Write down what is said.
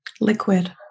Liquid